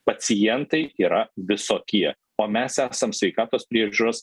pacientai yra visokie o mes esam sveikatos priežiūros